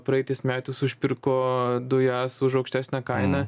praeitais metais užpirko dujas už aukštesnę kainą